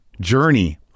journey